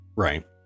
Right